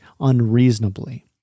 unreasonably